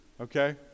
okay